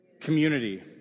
Community